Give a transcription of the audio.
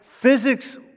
Physics